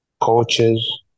coaches